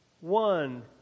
One